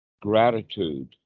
gratitude